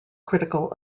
critical